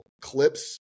clips